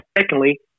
secondly